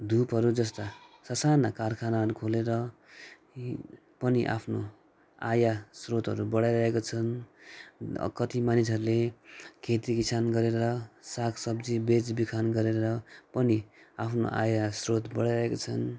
धुपहरू जस्ता ससाना कारखानाहरू खोलेर पनि आफ्नो आयस्रोतहरू बढाइरहेको छन् कति मानिसहरूले खेतीकिसान गरेर सागसब्जी बेचबिखान गरेर पनि आफ्नो आयस्रोत बढाइरहेका छन्